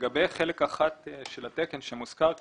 לגבי חלק 1 של התקן שמוזכר כאן,